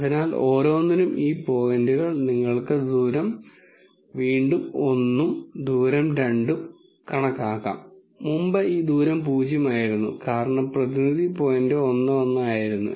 അതിനാൽ ഓരോന്നിനും ഈ പോയിന്റുകൾ നിങ്ങൾക്ക് വീണ്ടും ദൂരം 1 ഉം ദൂരം 2 ഉം കണക്കാക്കാം മുമ്പ് ഈ ദൂരം 0 ആയിരുന്നു കാരണം പ്രതിനിധി പോയിന്റ് 1 1 ആയിരുന്നു